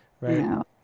right